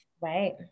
right